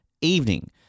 evening